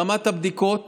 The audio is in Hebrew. ברמת הבדיקות